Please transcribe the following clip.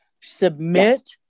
Submit